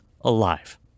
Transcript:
alive